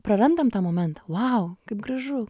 prarandam tą momentą vau kaip gražu